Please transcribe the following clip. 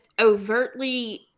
overtly